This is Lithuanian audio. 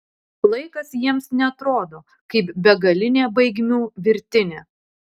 laikas jiems neatrodo kaip begalinė baigmių virtinė